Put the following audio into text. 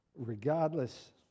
regardless